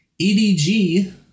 EDG